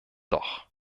doch